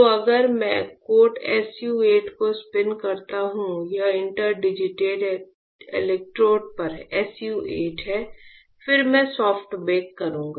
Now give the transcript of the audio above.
तो अगर मैं कोट SU 8 को स्पिन करता हूं यह इंटरडिजिटेड इलेक्ट्रोड पर SU 8 है फिर मैं सॉफ्ट बेक करूंगा